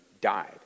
died